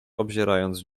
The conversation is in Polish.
obzierając